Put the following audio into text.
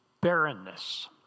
barrenness